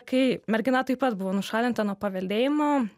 kai mergina taip pat buvo nušalinta nuo paveldėjimo